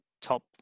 top